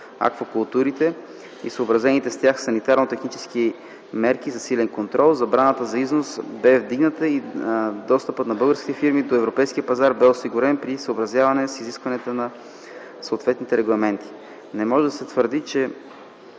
аквакултурите и съобразените с тях санитарно-технически мерки и засилен контрол забраната за износ бе вдигната и достъпът на българските фирми до европейския пазар бе осигурен при съобразяване с изискванията на съответните регламенти. Не може да се твърди, че